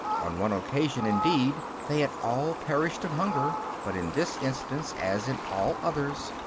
on one occasion, indeed, they had all perished of hunger but in this instance, as in all others,